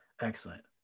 Excellent